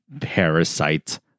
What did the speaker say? parasite